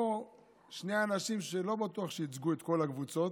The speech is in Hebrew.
פה זה שני אנשים שלא בטוח שייצגו את כל הקבוצות,